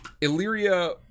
Illyria